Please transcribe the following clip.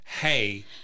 hey